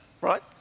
right